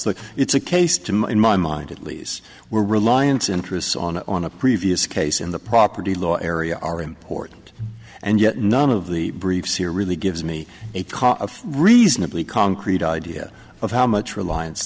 it's a case to my in my mind at least we're reliance interests on a on a previous case in the property law area are important and yet none of the briefs here really gives me a reasonably concrete idea of how much reliance